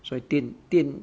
所以电电